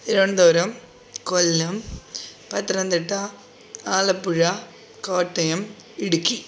Thiruvananthapuram Kollam Pathanamthitta Alappuzha Kottayam Idukki